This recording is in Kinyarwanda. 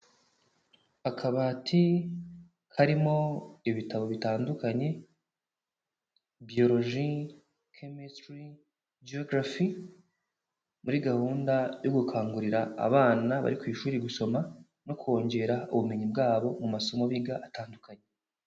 Akabati karimo ibitabo bitandukanye, Biology, Chemistry, Geography, muri gahunda yo gukangurira abana bari ku ishuri gusoma no kongera ubumenyi bwabo mu masomo biga atandukanye.